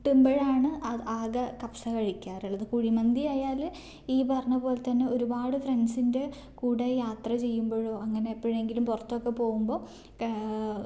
കിട്ടുമ്പോഴാണ് ആ ആകെ കബ്സ കഴിക്കാറുള്ളത് കുഴിമന്തി ആയാൽ ഈ പറഞ്ഞ പോലെ തന്നെ ഒരുപാട് ഫ്രണ്ട്സിൻ്റെ കൂടെ യാത്ര ചെയ്യുമ്പഴൊ അങ്ങനെ എപ്പോഴെങ്കിലും പുറത്തൊക്കെ പോവുമ്പോൾ കാ